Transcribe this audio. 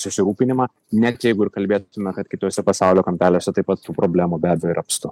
susirūpinimą net jeigu ir kalbėtume kad kituose pasaulio kampeliuose taip pat tų problemų be abejo yra apstu